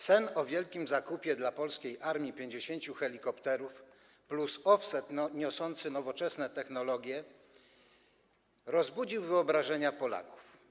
Sen o wielkim zakupie dla polskiej armii 50 helikopterów plus offset niosący nowoczesne technologie rozbudził wyobraźnię Polaków.